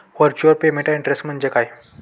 Virtual payment address म्हणजे काय?